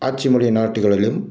ஆட்சி மொழி நாடுகளிலும்